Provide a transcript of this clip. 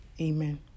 amen